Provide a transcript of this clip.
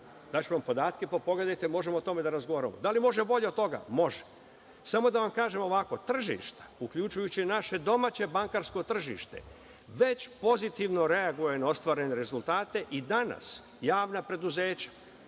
Daću vam podatke, pa pogledajte, možemo o tome da razgovaramo. Da li može bolje od toga? Može. Samo da vam kažem ovako, tržišta, uključujući naše domaće bankarsko tržište već pozitivno reaguje na ostvarene rezultate i danas javna preduzeća,